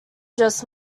just